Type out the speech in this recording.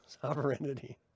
sovereignty